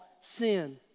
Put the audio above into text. sin